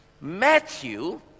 Matthew